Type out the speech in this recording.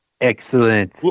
Excellent